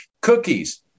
cookies